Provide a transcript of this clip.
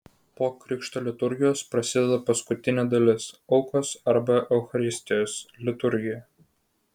po krikšto liturgijos prasideda paskutinė dalis aukos arba eucharistijos liturgija